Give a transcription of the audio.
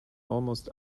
almost